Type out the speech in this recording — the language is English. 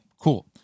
cool